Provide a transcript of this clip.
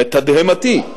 לתדהמתי,